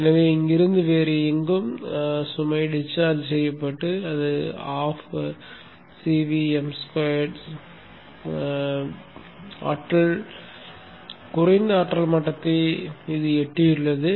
எனவே இங்கிருந்து வேறு எங்கும் சுமையாக டிஸ்சார்ஜ் செய்யப்பட்டு அது அரை CVm2 ஸ்கொயர் ஆற்றல் குறைந்த ஆற்றல் மட்டத்தை எட்டியுள்ளது